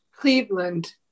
Cleveland